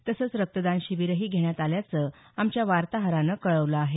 तसंच रक्तदान शिबीरही घेण्यात आल्याचं आमच्या वार्ताहरानं कळवलं आहे